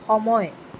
সময়